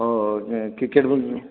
cricket